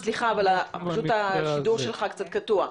סליחה, אבל השידור שלך קצת קטוע.